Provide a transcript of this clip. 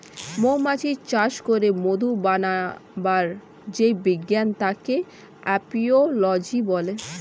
মৌমাছি চাষ করে মধু বানাবার যেই বিজ্ঞান তাকে এপিওলোজি বলে